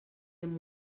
amb